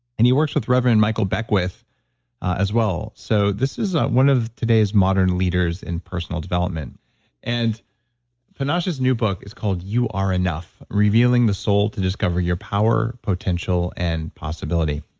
and he works with reverend michael beckwith as well. so, this is one of today's modern leaders in personal development and panache's new book is called you are enough revealing the soul to discover your power potential, and possibility.